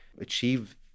achieve